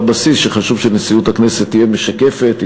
בסיס שחשוב שנשיאות הכנסת תהיה משקפת,